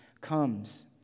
comes